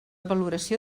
valoració